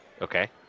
Okay